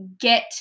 get